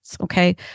okay